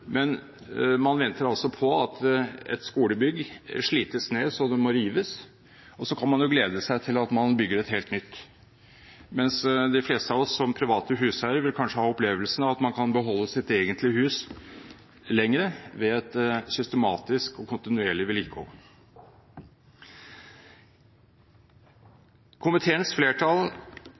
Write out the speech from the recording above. Man venter altså på at et skolebygg slites ned, så det må rives, og så kan man glede seg til man bygger et helt nytt, mens de fleste av oss som private huseiere kanskje vil ha opplevelsen av at man kan beholde sitt egentlige hus lenger ved et systematisk og kontinuerlig vedlikehold. Komiteens flertall